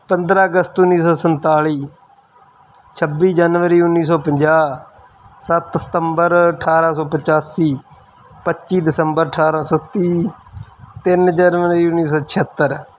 ਪੰਦਰਾਂ ਅਗਸਤ ਉੱਨੀ ਸੌ ਸੰਤਾਲੀ ਛੱਬੀ ਜਨਵਰੀ ਉੱਨੀ ਸੌ ਪੰਜਾਹ ਸੱਤ ਸਤੰਬਰ ਅਠਾਰਾਂ ਸੌ ਪਚਾਸੀ ਪੱਚੀ ਦਸੰਬਰ ਅਠਾਰਾਂ ਸੌ ਤੀਹ ਤਿੰਨ ਜਨਵਰੀ ਉੱਨੀ ਸੌ ਛਿਹੱਤਰ